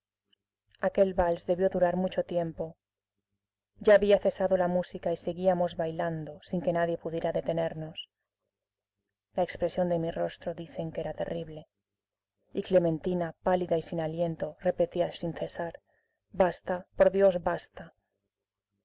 aquel vals debió durar mucho tiempo ya había cesado la música y seguíamos bailando sin que nadie pudiera detenernos la expresión de mi rostro dicen que era terrible y clementina pálida y sin aliento repetía sin cesar basta por dios basta